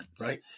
Right